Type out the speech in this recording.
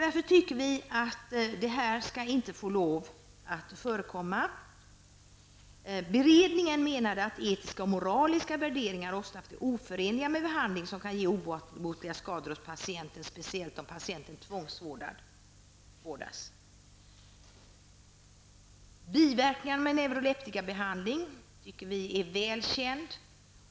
Därför tycker vi att detta inte skall få förekomma. Beredningen menade att etiska och moraliska värderingar oftast är oförenliga med behandling som kan ge obotliga skador hos patienten, speciellt om patienten tvångsvårdas. Biverkningarna med neuroleptikabehandlingen är väl kända.